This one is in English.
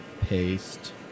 Paste